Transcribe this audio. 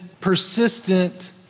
persistent